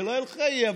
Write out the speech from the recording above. שלא יהיו לך אי-הבנות,